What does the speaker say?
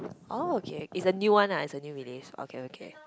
orh okay is a new one ah is a new release okay okay